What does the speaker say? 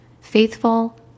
faithful